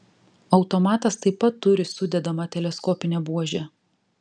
automatas taip pat turi sudedamą teleskopinę buožę